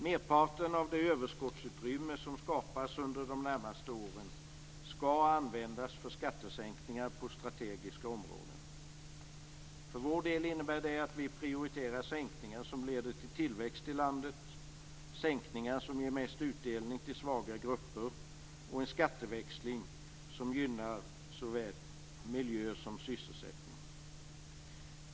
Merparten av det överskottsutrymme som skapas under de närmaste åren skall användas för skattesänkningar på strategiska områden. För vår del innebär det att vi prioriterar sänkningar som leder till tillväxt i landet, sänkningar som ger mest utdelning till svaga grupper och en skatteväxling som gynnar såväl miljö som sysselsättning.